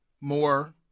more